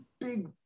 big